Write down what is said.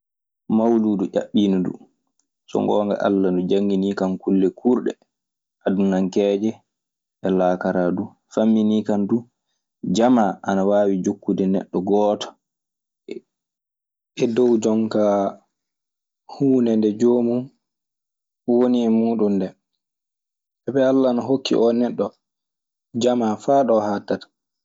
Mawluudu ƴaɓɓiindu ndu. So ngoonnga Alla ndu jannginiikan kulle kuurɗe adunankeeje e laakaraadu. Famminikan du jamaa ana waawi jokkude neɗɗo gooto. E dow jon kaa huunde nde joomun woni e muuɗun ndee. Sabi Alla ne hokki oo neɗɗo jamaa faa ɗo haattata.